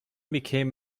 became